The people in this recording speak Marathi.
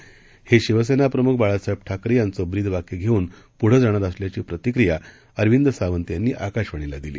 हे शिवसेनाप्रमुख बाळासाहेब ठाकरे यांचं ब्रीद वाक्य घेऊन पुढं जाणार असल्याची प्रतिक्रिया अरविंद सावंत यांनी आकाशवाणीला दिली